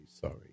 sorry